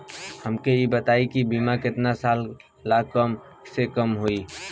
हमके ई बताई कि बीमा केतना साल ला कम से कम होई?